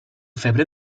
febrer